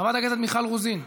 חברת הכנסת מיכל רוזין,